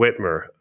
Whitmer